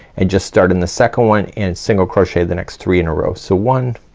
and just start in the second one and single crochet the next three in a row. so one